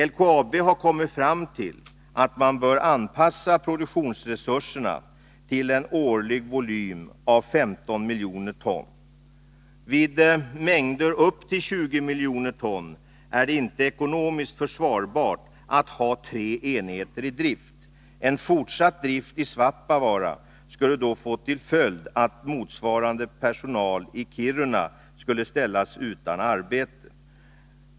LKAB har kommit fram till att man bör anpassa produktionsresurserna till en årlig volym på 15 miljoner ton. Vid mängder upp till 20 miljoner ton är det inte ekonomiskt försvarbart att ha tre enheter i drift. En fortsatt drift i Svappavaara skulle då få till följd att motsvarande antal personer i Kiruna skulle ställas utan arbete.